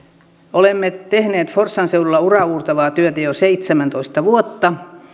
olemme tehneet forssan seudulla uraauurtavaa työtä jo seitsemäntoista vuotta